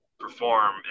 perform